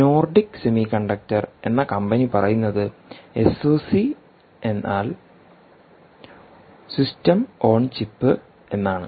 Nordic semiconductor എന്ന കമ്പനി പറയുന്നത് എസ്ഒസിഎന്നാൽ സിസ്റ്റം ഓൺ ചിപ്പ് എന്നാണ്